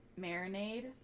marinade